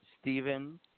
Stephen